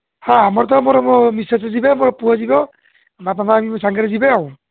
ହଁ ଆମର ତ ମୋର ମୋ ମିସେସ୍ ଯିବେ ମୋର ପୁଅ ଯିବ ବାପା ମା' ବି ସାଙ୍ଗରେ ଯିବେ ଆଉ